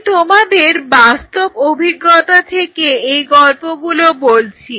আমি তোমাদের বাস্তব অভিজ্ঞতা থেকে এই গল্পগুলো বলছি